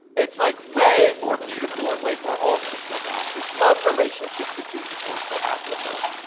it's like way more beautiful, and way more awesome than that. this love relationship that jesus wants to have with us,